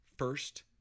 first